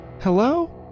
Hello